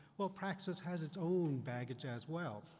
well praxis has its own baggage as well.